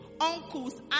uncles